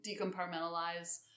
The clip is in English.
decompartmentalize